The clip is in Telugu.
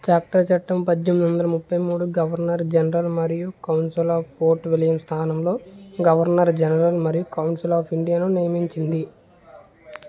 చార్టర్ చట్టం పద్దెనిమిది వందల ముప్పై మూడు గవర్నర్ జనరల్ మరియు కౌన్సిల్ ఆఫ్ ఫోర్ట్ విలియం స్థానంలో గవర్నర్ జనరల్ మరియు కౌన్సిల్ ఆఫ్ ఇండియాను నియమించింది